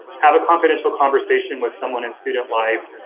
have a confidential conversation with someone in student life,